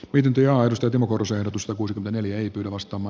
pidentyä aidosta timo kudosehdotusta kuusikymmentä liity ostama